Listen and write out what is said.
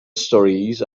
stories